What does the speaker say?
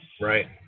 right